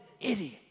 idiot